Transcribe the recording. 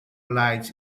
lights